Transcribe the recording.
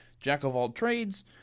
jack-of-all-trades